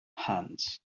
hands